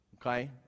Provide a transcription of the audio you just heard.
Okay